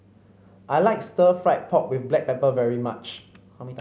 I like Stir Fried Pork with Black Pepper very much